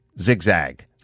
zigzag